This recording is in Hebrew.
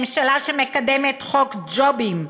ממשלה שמקדמת חוק ג'ובים,